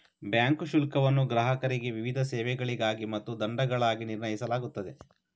bank ಶುಲ್ಕವನ್ನು ಗ್ರಾಹಕರಿಗೆ ವಿವಿಧ ಸೇವೆಗಳಿಗಾಗಿ ಮತ್ತು ದಂಡಗಳಾಗಿ ನಿರ್ಣಯಿಸಲಾಗುತ್ತದೆ